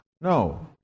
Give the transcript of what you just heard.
No